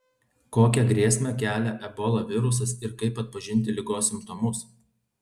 kokią grėsmę kelia ebola virusas ir kaip atpažinti ligos simptomus